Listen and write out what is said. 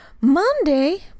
monday